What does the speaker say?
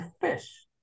fish